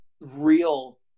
real